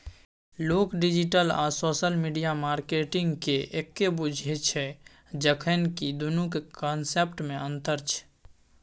लोक डिजिटल आ social media मार्केटिंगकेँ एक्के बुझय छै जखन कि दुनुक कंसेप्टमे अंतर छै